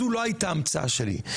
זו לא הייתה המצאה שלי.